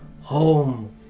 home